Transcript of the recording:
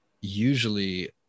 usually